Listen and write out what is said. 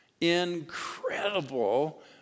Incredible